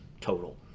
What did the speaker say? total